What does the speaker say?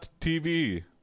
TV